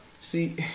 See